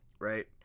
right